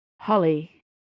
Holly